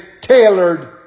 tailored